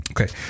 Okay